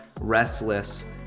restless